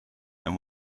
and